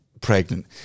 pregnant